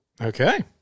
Okay